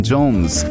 Jones